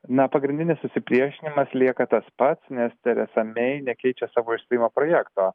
na pagrindinis susipriešinimas lieka tas pats nes teresa mei nekeičia savo išstojimo projekto